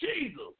Jesus